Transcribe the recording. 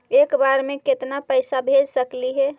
एक बार मे केतना पैसा भेज सकली हे?